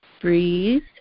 Breathe